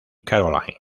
caroline